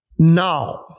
Now